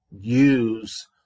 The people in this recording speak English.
use